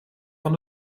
van